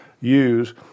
use